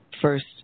first